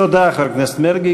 תודה, חבר הכנסת מרגי.